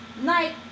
Night